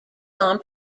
tom